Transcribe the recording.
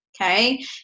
Okay